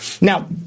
now